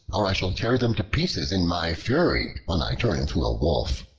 or i shall tear them to pieces in my fury, when i turn into a wolf.